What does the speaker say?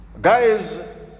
guys